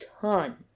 ton